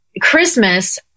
christmas